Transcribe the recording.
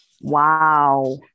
Wow